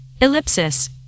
ellipsis